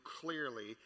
clearly